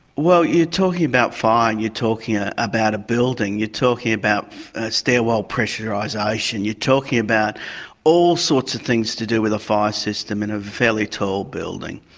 well, you're talking about fire, and you're talking ah about a building, you're talking about stairwell pressurisation, you're talking about all sorts of things to do with a fire system in a fairly tall building.